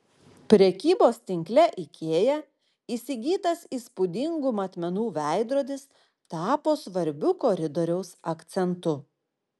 prekybos tinkle ikea įsigytas įspūdingų matmenų veidrodis tapo svarbiu koridoriaus akcentu